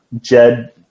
Jed